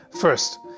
First